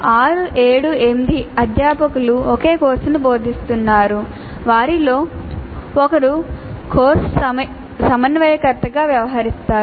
6 7 8 అధ్యాపకులు ఒకే కోర్సును బోధిస్తున్నారు వారిలో ఒకరు కోర్సు సమన్వయకర్తగా వ్యవహరిస్తున్నారు